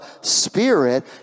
spirit